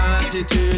attitude